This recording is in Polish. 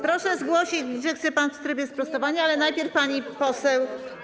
Proszę zgłosić, że chce pan w trybie sprostowania, ale najpierw pani poseł.